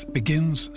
begins